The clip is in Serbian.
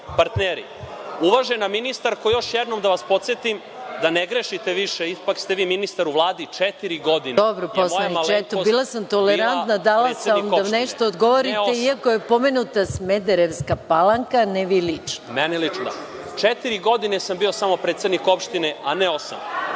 partneri. Uvažena ministarko, još jednom da vas podsetim da ne grešite više. Ipak ste vi ministar u Vladi četiri godine. **Maja Gojković** Dobro poslaniče. Eto, bila sam tolerantna, dala sam vam da nešto odgovorite, iako je pomenuta Smederevska Palanka, ne vi lično. **Radoslav Milojičić** Četiri godine sam bio samo predsednik opštine, a ne osam.